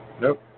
Nope